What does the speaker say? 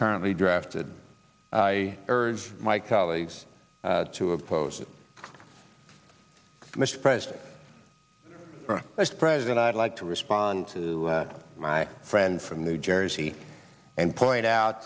currently drafted i urge my colleagues to oppose mr president as president i'd like to respond to my friend from new jersey and point out